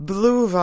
Blue